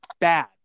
bad